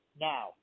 Now